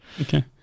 Okay